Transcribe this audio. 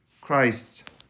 Christ